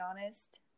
honest